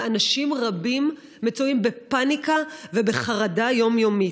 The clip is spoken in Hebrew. ואנשים רבים מצויים בפניקה ובחרדה יומיומית.